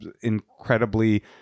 incredibly